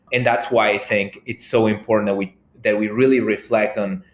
and that's why i think it's so important that we that we really reflect on,